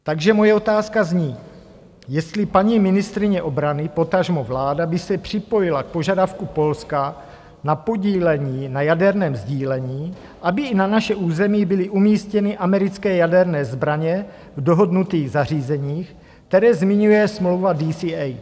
Takže moje otázka zní, jestli paní ministryně obrany, potažmo vláda, by se připojila k požadavku Polska na podílení na jaderném sdílení, aby i na naše území byly umístěny americké jaderné zbraně v dohodnutých zařízeních, která zmiňuje smlouva DCA.